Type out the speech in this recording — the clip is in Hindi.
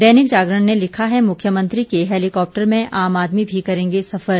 दैनिक जागरण ने लिखा है मुख्यमंत्री के हेलीकॉप्टर में आम आदमी भी करेंगे सफर